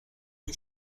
que